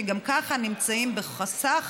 שגם ככה נמצאים בחסך